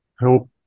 help